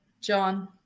John